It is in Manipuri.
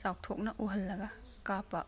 ꯆꯥꯎꯊꯣꯛꯅ ꯎꯍꯜꯂꯒ ꯀꯥꯞꯄ